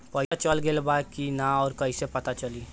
पइसा चल गेलऽ बा कि न और कइसे पता चलि?